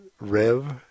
Rev